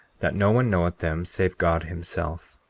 that no one knoweth them save god himself.